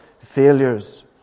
failures